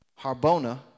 Harbona